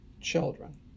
children